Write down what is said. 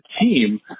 team